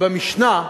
במשנה,